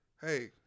hey